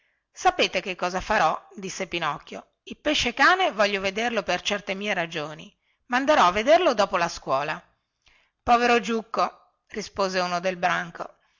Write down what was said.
sapete che cosa farò disse pinocchio il pescecane voglio vederlo per certe mie ragioni ma anderò a vederlo dopo la scuola povero giucco ribatté uno del branco